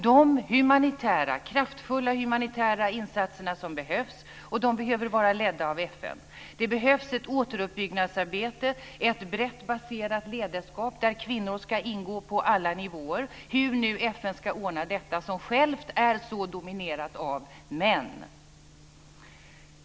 De kraftfulla humanitära insatser som behövs måste vara ledda av FN. Det behövs ett återuppbyggnadsarbete och ett brett baserat ledarskap där kvinnor ska ingå på alla nivåer. Frågan är hur FN ska ordna detta som självt är så dominerat av män.